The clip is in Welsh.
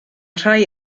rhai